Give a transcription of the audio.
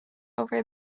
over